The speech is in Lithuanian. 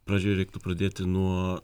pradžioj reiktų pradėti nuo